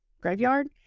graveyard